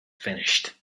finished